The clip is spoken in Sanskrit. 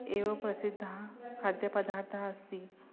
एव प्रसिद्धः खाद्यपदार्थः अस्ति